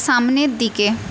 সামনের দিকে